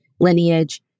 lineage